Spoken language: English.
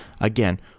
Again